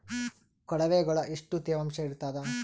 ಕೊಳವಿಗೊಳ ಎಷ್ಟು ತೇವಾಂಶ ಇರ್ತಾದ?